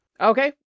Okay